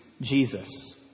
Jesus